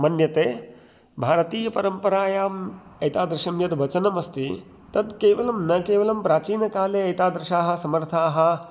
मन्यते भारतीयपरम्परायाम् एतादृशं यद्वचनमस्ति तद्केवलं न केवलं प्राचीनकाले एतादृशाः समर्थाः